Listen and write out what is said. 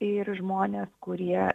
ir žmones kurie